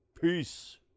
peace